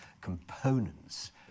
components